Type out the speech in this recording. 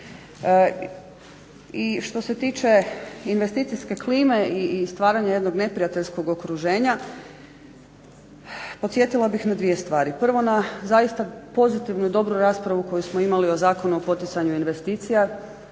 I što se tiče investicijske klime i stvaranja jednog neprijateljskog okruženja, podsjetila bih na dvije stvari. Prvo na zaista pozitivnu, dobru raspravu koju smo imali o Zakonu o poticanju investicija